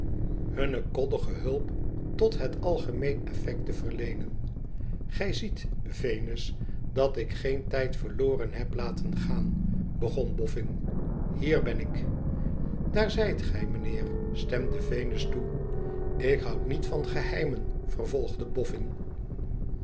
hunne koddige hulp tot het algemeen efifect te verkenen igij ziet venus dat ik geen tijd verloren heb laten gaan begon boffin hier ben ik daar zijt gij mijnheer stemde venus toe ik houd niet van geheimen vervolgde